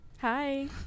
Hi